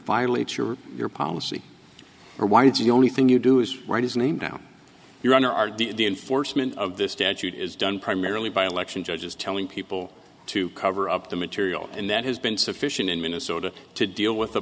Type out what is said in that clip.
violates your your policy or why did you the only thing you do is write his name down your honor our the enforcement of this statute is done primarily by election judges telling people to cover up the material and that has been sufficient in minnesota to deal with